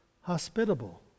hospitable